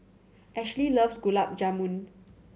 Ashly loves Gulab Jamun